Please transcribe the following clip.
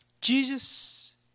Jesus